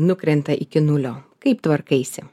nukrenta iki nulio kaip tvarkaisi